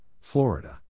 Florida